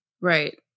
right